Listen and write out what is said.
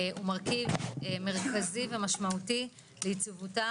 הוא מרכיב מרכזי ומשמעותי ליציבותם